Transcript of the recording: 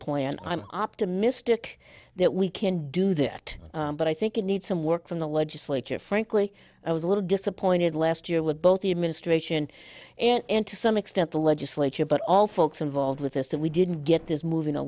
plan i'm optimistic that we can do that but i think it needs some work from the legislature frankly i was a little disappointed last year with both the administration and to some extent the legislature but all folks involved with us that we didn't get this moving a